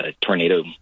tornado